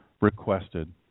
requested